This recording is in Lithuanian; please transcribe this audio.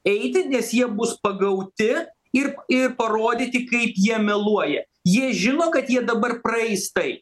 eiti nes jie bus pagauti ir ir parodyti kaip jie meluoja jie žino kad jie dabar praeis tai